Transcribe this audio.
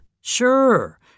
Sure